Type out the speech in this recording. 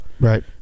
Right